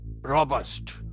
robust